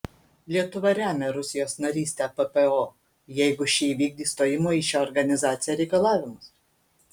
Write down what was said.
lietuva remia rusijos narystę ppo jeigu ši įvykdys stojimo į šią organizaciją reikalavimus